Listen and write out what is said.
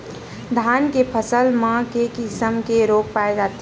धान के फसल म के किसम के रोग पाय जाथे?